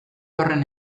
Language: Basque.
horren